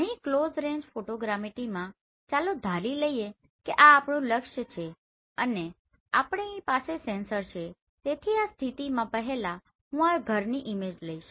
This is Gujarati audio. અહીં ક્લોઝ રેન્જ ફોટોગ્રામેટરીમાં ચાલો ધારી લઈએ કે આ આપણું લક્ષ્ય છે અને આપણી પાસે સેન્સર છે તેથી આ સ્થિતિમાં પહેલા હું આ ઘરની ઈમેજ લઈશ